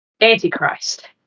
Antichrist